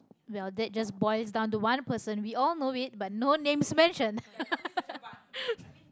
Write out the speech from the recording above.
well that just boils down to one person we all know it but no names mentioned